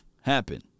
happen